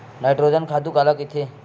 Nitrogen खातु काला कहिथे?